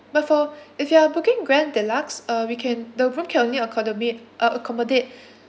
but for if you are booking grand deluxe uh we can the room can only uh accommodate